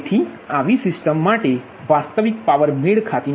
તેથી આવી સિસ્ટમ માટે વાસ્તવિક પાવર મેળ ખાતી નથી